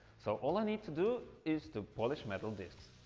so all i need to do is to polish metal discs.